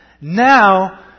Now